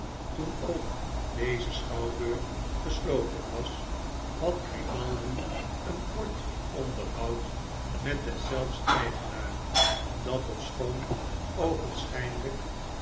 toen ook deze schouwburg gesloten was had grimaldi een kort onderhoud met deszelfs eigenaar dat ofschoon